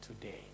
today